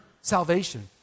salvation